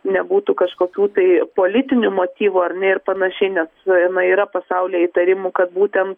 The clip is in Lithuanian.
nebūtų kažkokių tai politinių motyvų ar ne ir panašiai nes na yra pasaulyje įtarimų kad būtent